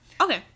Okay